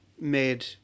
made